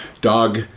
dog